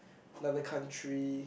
another country